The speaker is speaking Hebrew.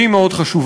והיא מאוד חשובה.